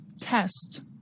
Test